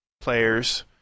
players